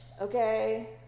Okay